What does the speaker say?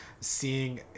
seeing